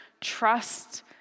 trust